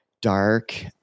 dark